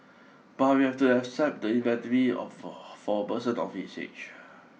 but we have to accept the of for for a person of his age